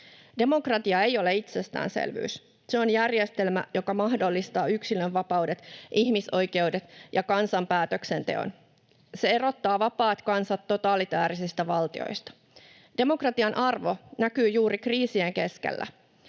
Demokratia ei ole itsestäänselvyys. Se on järjestelmä, joka mahdollistaa yksilönvapaudet, ihmisoikeudet ja kansan päätöksenteon. Se erottaa vapaat kansat totalitaarisista valtioista. Demokratian arvo näkyy juuri kriisien keskellä: